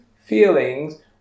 feelings